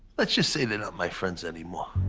let's just say they're not my friends anymore.